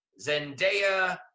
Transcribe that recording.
Zendaya